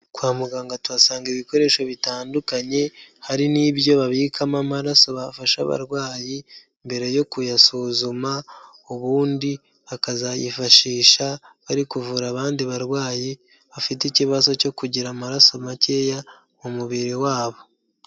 Kwa muganga tuhasanga ibikoresho bitandukanye, hari n'ibyo babikamo amaraso bafasha abarwayi, mbere yo kuyasuzuma, ubundi bakazayifashisha bari kuvura abandi barwayi bafite ikibazo cyo kugira amaraso makeya mu mubiri wabo.